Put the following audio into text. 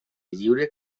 lliure